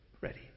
ready